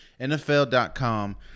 NFL.com